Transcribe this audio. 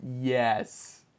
yes